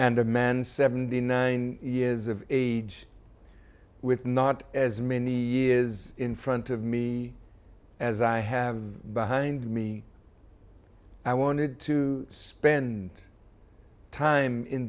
and a man seventy nine years of age with not as many years in front of me as i have behind me i wanted to spend time in